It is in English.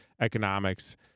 Economics